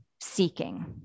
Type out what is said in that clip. seeking